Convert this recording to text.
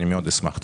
אני מאוד אשמח.